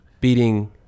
beating